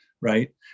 right